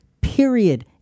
period